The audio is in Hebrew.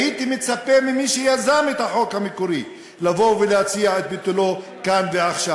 הייתי מצפה ממי שיזם את החוק המקורי לבוא ולהציע את ביטולו כאן ועכשיו,